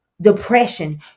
depression